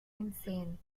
insane